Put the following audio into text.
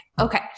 Okay